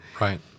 Right